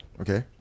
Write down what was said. Okay